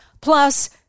Plus